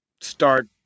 start